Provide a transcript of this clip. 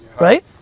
right